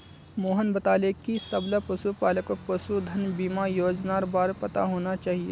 मोहन बताले कि सबला पशुपालकक पशुधन बीमा योजनार बार पता होना चाहिए